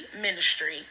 ministry